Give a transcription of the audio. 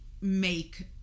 make